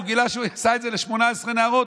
והיא גילתה שהוא עשה את זה ל-18 נערות,